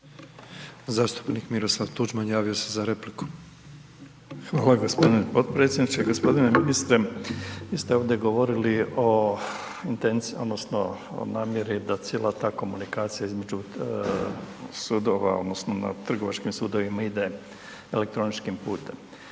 Zastupnik Miroslav Tuđman javio se je za repliku. **Tuđman, Miroslav (HDZ)** Hvala gospodine potpredsjedniče, gospodine ministre, vi ste ovdje govorili o intenciji, odnosno, o namjeri da cijela ta komunikacija između sudova, odnosno, na trgovačkim sudovima ide elektroničkim putem.